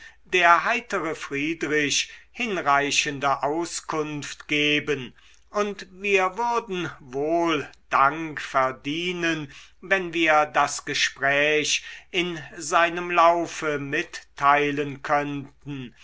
der heitere friedrich hinreichende auskunft geben und wir würden wohl dank verdienen wenn wir das gespräch in seinem laufe mitteilen könnten